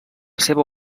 seva